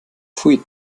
pfui